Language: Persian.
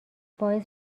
باعث